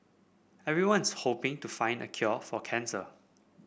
everyone's hoping to find a cure for cancer